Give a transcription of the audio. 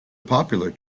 popular